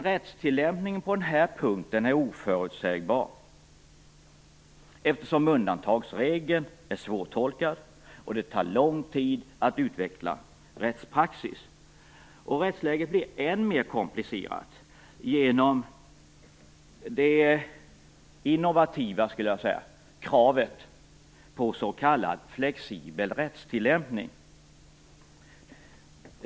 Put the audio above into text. Rättstillämpningen är oförutsägbar på den här punkten, eftersom undantagsregeln är svårtolkad och det tar lång tid att utveckla rättspraxis. Rättsläget blir än mer komplicerat genom det innovativa kravet på s.k. flexibel rättstillämpning.